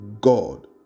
God